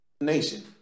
Nation